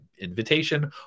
invitation